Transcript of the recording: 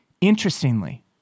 Interestingly